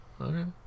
Okay